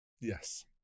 Yes